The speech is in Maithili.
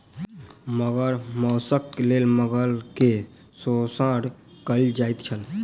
मगर मौसक लेल मगर के शोषण कयल जाइत छल